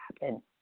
happen